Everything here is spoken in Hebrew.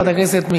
חבר הכנסת חסון.